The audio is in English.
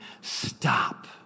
stop